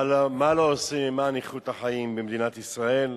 מה לא עושים למען איכות החיים במדינת ישראל,